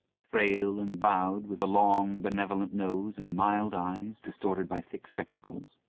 frail and bowed, with a long, benevolent nose, and mild eyes distorted by thick spectacles.